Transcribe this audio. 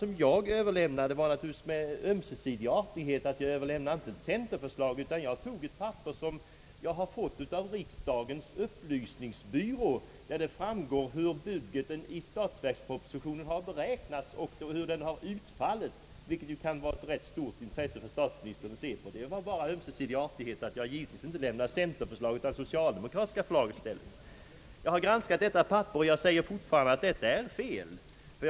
Det var naturligtvis för att iaktta ömsesidig artighet som jag inte överlämnade ett centerpartiförslag, utan jag tog ett papper som jag har fått från riksdagens upplysningstjänst och av vilket det framgår hur budgeten har beräknats i statsverkspropositionen och hur den har utfallit, och det kan vara av rätt stort intresse för statsministern att se på detta papper. Jag har granskat det papper jag fick av statsministern, och jag hävdar fortfarande att uppgifterna är felaktiga.